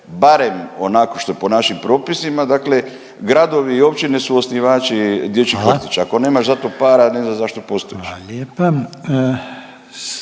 barem onako što je po našim propisima. Dakle, gradovi i općine su osnivački dječjih vrtića. …/Upadica Reiner: Hvala./… Ako nemaš za to para ne znam zašto postojiš.